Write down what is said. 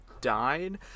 died